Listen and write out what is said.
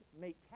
make